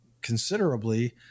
considerably